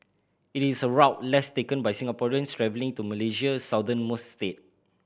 it is a route less taken by Singaporeans travelling to Malaysia's southernmost state